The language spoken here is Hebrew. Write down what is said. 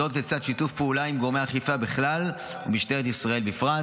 זאת לצד שיתוף פעולה עם גורמי אכיפה בכלל ומשטרת ישראל בפרט,